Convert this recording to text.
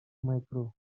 micro